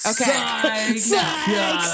okay